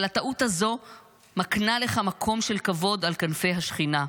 אבל הטעות הזו מקנה לך מקום של כבוד על כנפי השכינה.